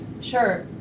Sure